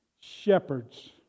shepherds